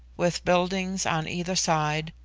with buildings on either side,